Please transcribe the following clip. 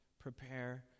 Prepare